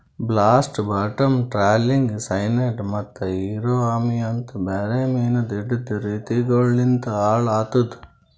blast, bottom trawling, cyanide ಮತ್ತ ಮುರೋ ಅಮಿ ಅಂತ್ ಬೇರೆ ಮೀನು ಹಿಡೆದ್ ರೀತಿಗೊಳು ಲಿಂತ್ ಹಾಳ್ ಆತುದ್